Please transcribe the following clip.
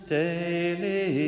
daily